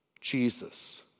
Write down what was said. Jesus